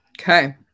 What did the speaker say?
Okay